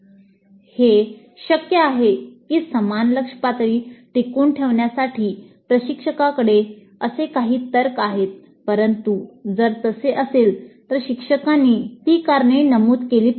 हे शक्य आहे की समान लक्ष्य पातळी टिकवून ठेवण्यासाठी प्रशिक्षकाकडे असे काही तर्क आहेत परंतु जर तसे असेल तर शिक्षकांनी ती कारणे नमूद केली पाहिजेत